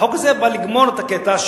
החוק הזה בא לגמור את הקטע,